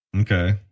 Okay